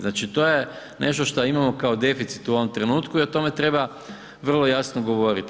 Znači to je nešto što imamo kao deficit u ovom trenutku i o tome treba vrlo jasno govoriti.